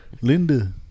Linda